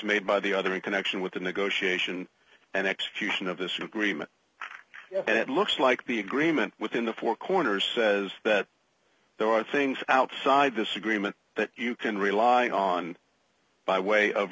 made by the other in connection with the negotiation and execution of this agreement and it looks like the agreement within the four corners says that there are things outside this agreement that you can rely on by way of